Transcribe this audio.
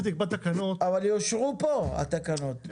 אבל הם יאושרו פה התקנות.